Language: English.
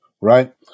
Right